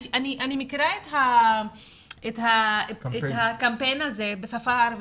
אני מכירה את הקמפיין בשפה הערבית,